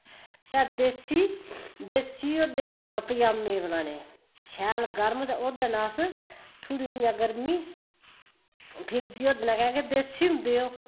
ते देस्सी देस्सी ओह्दे पज़ामे बनाने शैल गर्म ते ओह्दै नै अस थोह्ड़ी इ'यां गर्मी फिरदी कैंह् कि देस्सी होंदे ओह्